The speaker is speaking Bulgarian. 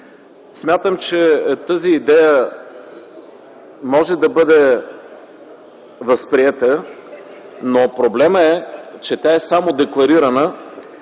Смятам, че тази идея може да бъде възприета, но проблемът е, че тя е само декларирана,